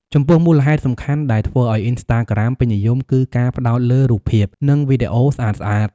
ចំពោះ មូលហេតុសំខាន់ដែលធ្វើឱ្យ អុីនស្តាក្រាម ពេញនិយម គឺការ ផ្តោតលើរូបភាព និងវីដេអូស្អាតៗ។